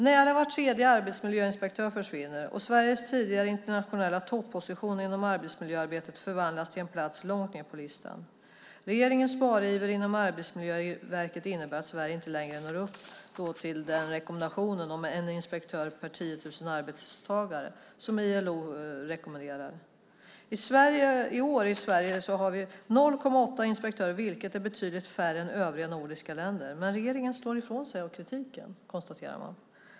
Nära var tredje arbetsmiljöinspektör försvinner, och Sveriges tidigare internationella topposition inom arbetsmiljöarbetet förvandlas till en plats långt ned på listan. Regeringens spariver inom Arbetsmiljöverket innebär att Sverige inte längre når upp till ILO:s rekommendation om 1 inspektör per 10 000 arbetstagare. I år i Sverige finns 0,8 inspektörer per 10 000, vilket är betydligt färre än övriga nordiska länder. Men regeringen slår ifrån sig kritiken.